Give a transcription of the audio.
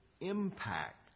impact